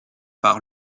par